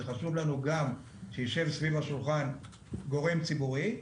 זה חשוב לנו גם שישב סביב השולחן גורם ציבורי.